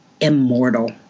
immortal